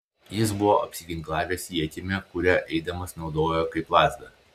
jis buvo apsiginklavęs ietimi kurią eidamas naudojo kaip lazdą